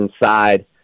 inside